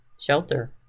shelter